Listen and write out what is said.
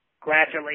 Gradually